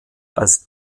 als